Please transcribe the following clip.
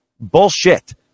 Bullshit